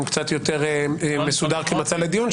קצת יותר מסודר כמצע לדיון,